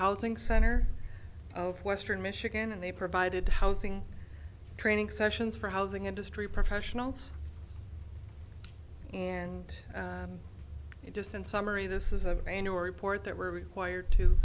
housing center of western michigan and they provided housing training sessions for housing industry professionals and just in summary this is a a new report that we're required to